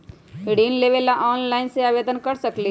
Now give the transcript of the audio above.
ऋण लेवे ला ऑनलाइन से आवेदन कर सकली?